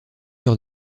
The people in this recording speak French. sur